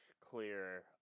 clear